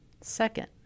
Second